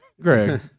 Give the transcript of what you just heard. Greg